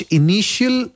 initial